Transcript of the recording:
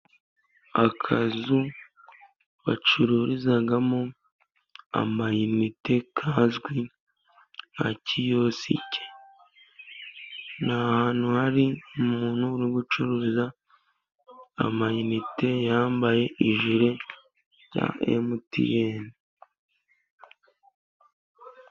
Akazu bacururizamo amayinite kazwi nka kiyosike, ni ahantu hari umuntu uri gucuruza amayinite, yambaye ijire ya MTN.